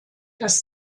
das